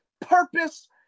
purpose